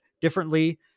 differently